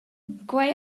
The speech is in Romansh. quei